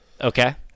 Okay